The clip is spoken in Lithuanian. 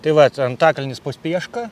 tai vat antakalnis pospieška